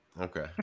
Okay